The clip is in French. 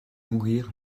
mourir